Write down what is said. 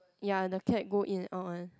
ya the cat go in and out one